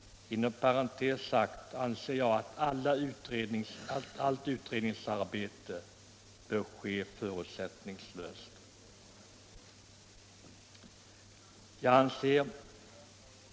Inom parentes sagt anser jag att allt utredningsarbete bör ske förutsättningslöst.